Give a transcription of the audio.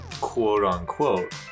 quote-unquote